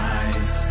eyes